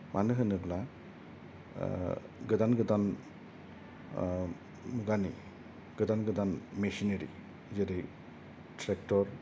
मानो होनोब्ला गोदान गोदान मुगानि गोदान गोदान मिसिन आरि जेरै त्रेक्टर